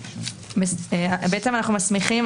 בעצם אנחנו מסמיכים,